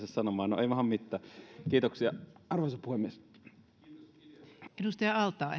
sanomaan no ei mahda mitään kiitoksia arvoisa puhemies